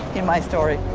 in my story.